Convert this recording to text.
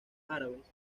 árabes